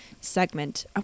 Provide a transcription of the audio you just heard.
segment